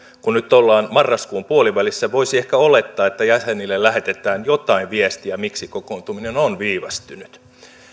kun nyt ollaan marraskuun puolivälissä voisi ehkä olettaa että jäsenille lähetetään jotain viestiä miksi kokoontuminen on viivästynyt